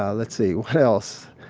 ah let's see. what else.